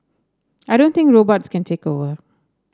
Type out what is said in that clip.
I don't think robots can take over